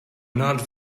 not